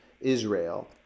Israel